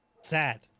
Sad